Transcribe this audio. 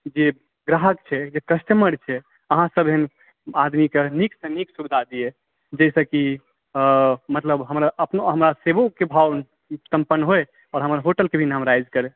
जे ग्राहक छै जे कस्टमर छै अहाँ एहन आदमीकेँ नीकसँ नीक सुविधा दियै जाहिसँ कि हमरा अपनो मतलब हमरा सेबके भाव सम्पन्न होइ आ हमर होटलके भी नाम राइज करै